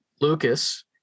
Lucas